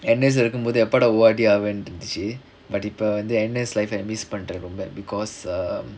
N_S இருக்கும்போது எப்படா:irukkumpothu eppadaa O_R_D ஆவேன்ட்டு இருந்ச்சு:aavaenttu irunthuchu but இப்ப வந்து:ippa vanthu N_S life miss பண்றேன் ரொம்ப:pandraen romba because um